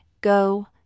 Go